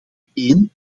één